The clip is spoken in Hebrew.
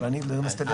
זה לא מסתדר.